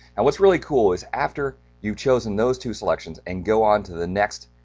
and what's really cool is after you've chosen those two selections and go on to the next